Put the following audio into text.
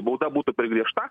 bauda būtų per griežta